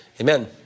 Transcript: Amen